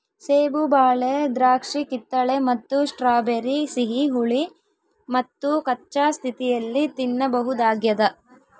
ಸೇಬು ಬಾಳೆ ದ್ರಾಕ್ಷಿಕಿತ್ತಳೆ ಮತ್ತು ಸ್ಟ್ರಾಬೆರಿ ಸಿಹಿ ಹುಳಿ ಮತ್ತುಕಚ್ಚಾ ಸ್ಥಿತಿಯಲ್ಲಿ ತಿನ್ನಬಹುದಾಗ್ಯದ